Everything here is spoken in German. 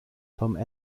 tom